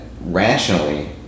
rationally